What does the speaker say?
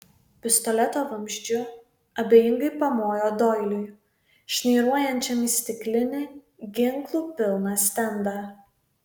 pistoleto vamzdžiu abejingai pamojo doiliui šnairuojančiam į stiklinį ginklų pilną stendą